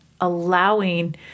allowing